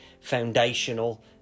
foundational